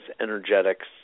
energetics